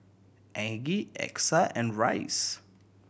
Aggie Exa and Rice